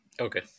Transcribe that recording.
Okay